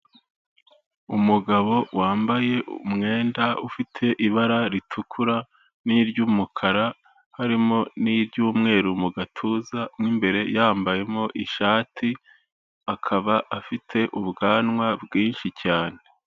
Umugabo wambaye umwenda ufite ibara ritukura n'iry'umukara, harimo n'iry'umweru mu gatuza, mo imbere yambayemo ishati, akaba afite ubwanwa bwinshi cyane.